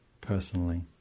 personally